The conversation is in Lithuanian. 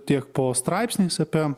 tiek po straipsniais apie